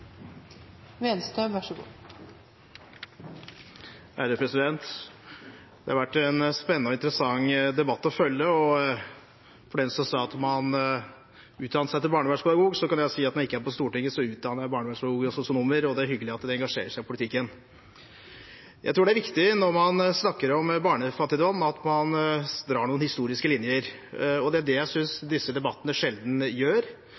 Det har vært en spennende og interessant debatt å følge. Og til den som sa at man utdanner seg til barnevernspedagog, kan jeg si at når jeg ikke er på Stortinget, utdanner jeg barnevernspedagoger og sosionomer, og det er hyggelig at de engasjerer seg i politikken. Jeg tror det er viktig når man snakker om barnefattigdom, at man drar noen historiske linjer, og det synes jeg disse debattene sjelden gjør.